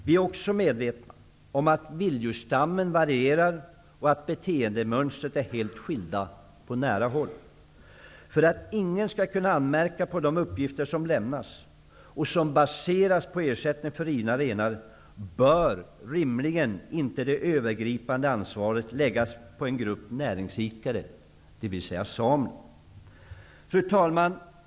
Vi är också medvetna om att vilddjursstammen varierar och att beteendemönstren är helt skilda på nära håll. För att ingen skall kunna anmärka på de uppgifter som lämnas och som baseras på ersättning för rivna renar bör rimligen inte det övergripande ansvaret läggas på en grupp näringsidkare, dvs. samerna. Fru talman!